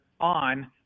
on